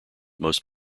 most